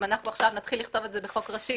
אם עכשיו נתחיל לכתוב את זה בחוק ראשי,